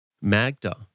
Magda